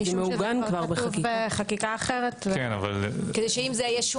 זה מעוגן בחקיקה אחרת, לכן לא.